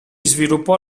sviluppò